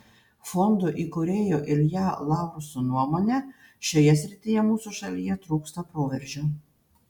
fondo įkūrėjo ilja laurso nuomone šioje srityje mūsų šalyje trūksta proveržio